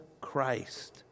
Christ